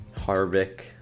Harvick